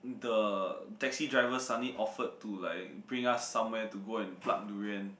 the taxi driver suddenly offered to like bring us somewhere to go and pluck durian